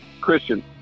Christian